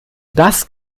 das